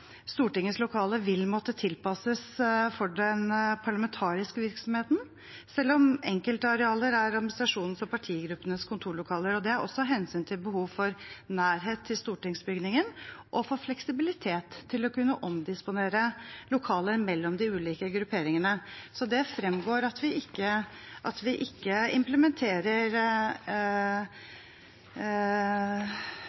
Stortingets lokaler vil måtte tilpasses for den parlamentariske virksomheten, selv om enkelte arealer er administrasjonens og partigruppenes kontorlokaler. Det er også av hensyn til behov for nærhet til stortingsbygningen og for fleksibilitet til å kunne omdisponere lokaler mellom de ulike grupperingene. Så det fremgår av innstillingen at vi ikke implementerer